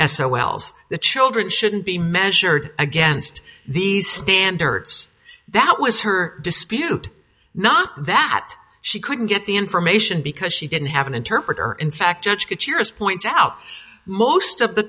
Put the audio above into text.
l's the children shouldn't be measured against these standards that was her dispute not that she couldn't get the information because she didn't have an interpreter in fact judge to cheers points out most of the